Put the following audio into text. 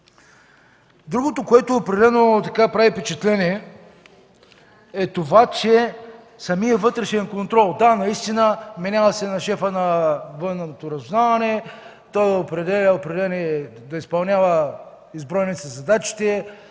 Другото, което определено прави впечатление, е това, че самият вътрешен контрол – да, наистина, вменява се на шефа на Военното разузнаване да изпълнява изброените задачи,